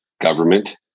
government